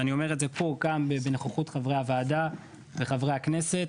ואני אומר את זה כאן בנוכחות חברי הוועדה וחברי הכנסת,